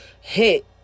hit